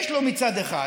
יש לו מצד אחד